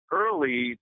early